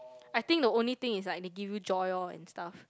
I think the only thing is like they give you joy orh and stuff